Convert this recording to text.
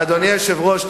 אדוני היושב-ראש,